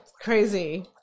Crazy